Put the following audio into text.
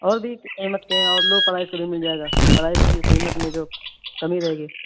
اور بھی قیمت کے ہیں اور لو پرائز پہ بھی مل جائے گا پرائز کی قیمت میں جو کمی رہے گی